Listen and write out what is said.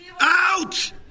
Out